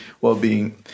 well-being